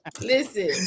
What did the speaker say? Listen